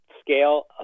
scale